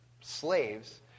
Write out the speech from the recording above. slaves